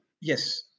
Yes